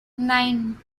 nine